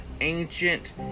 ancient